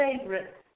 favorite